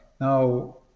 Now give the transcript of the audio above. now